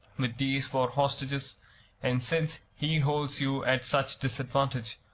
with these for hostages and since he holds you at such disadvantage,